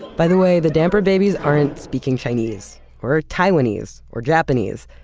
by the way, the damper babies aren't speaking chinese or or taiwanese or japanese,